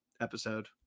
episode